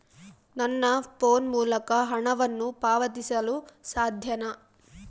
ನನ್ನ ಫೋನ್ ಮೂಲಕ ಹಣವನ್ನು ಪಾವತಿಸಲು ಸಾಧ್ಯನಾ?